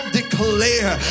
declare